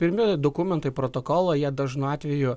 pirmi dokumentai protokolą jie dažnu atveju